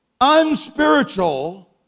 unspiritual